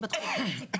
בפיתוח,